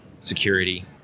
security